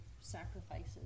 sacrifices